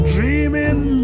Dreaming